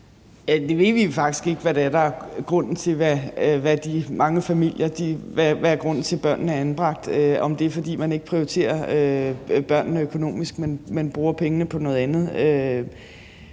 Vi ved faktisk ikke, hvad det er, der er grunden til, at børnene er anbragt – om det er, fordi man ikke prioriterer børnene økonomisk, men bruger pengene på noget andet.